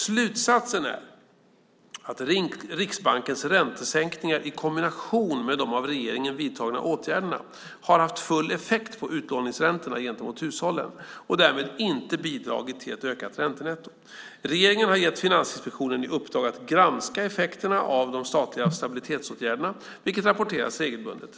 Slutsatsen är att Riksbankens räntesänkningar i kombination med de av regeringen vidtagna åtgärderna har haft full effekt på utlåningsräntorna gentemot hushållen, och därmed inte bidragit till ett ökat räntenetto. Regeringen har gett Finansinspektionen i uppdrag att granska effekterna av de statliga stabilitetsåtgärderna, vilket rapporteras regelbundet.